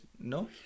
No